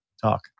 talk